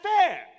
fair